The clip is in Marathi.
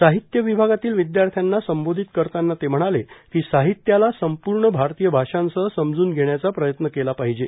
साहित्य विभागातील विदयार्थ्यांना संबोधित करतांना ते म्हणाले की साहित्याला संपूर्ण भारतीय भाषांसह समजून घेण्याचा प्रयत्न केला पाहिजे